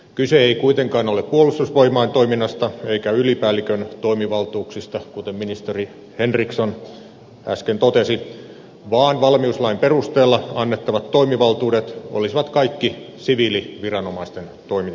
kyse ei kuitenkaan ole puolustusvoimain toiminnasta eikä ylipäällikön toimivaltuuksista kuten ministeri henriksson äsken totesi vaan valmiuslain perusteella annettavat toimivaltuudet olisivat kaikki siviiliviranomaisten toimivaltuuksia